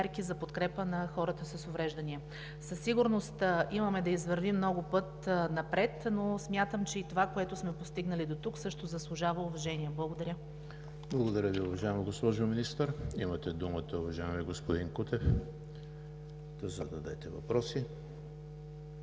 Благодаря Ви, уважаеми господин Кутев.